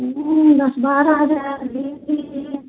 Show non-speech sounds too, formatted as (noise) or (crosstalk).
वो (unintelligible) बारा हजार हैं के